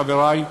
חברי,